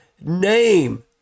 name